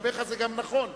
לגביך זה גם נכון,